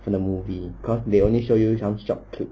from the movie because they only show you some short clips